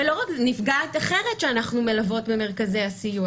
או למשל נפגעת אחרת שאנחנו מלוות במרכזי הסיוע